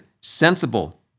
sensible